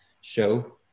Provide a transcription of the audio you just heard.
show